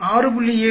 8 6